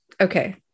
Okay